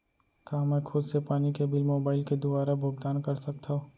का मैं खुद से पानी के बिल मोबाईल के दुवारा भुगतान कर सकथव?